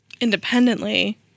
independently